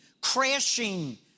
crashing